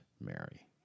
Mary